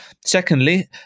Secondly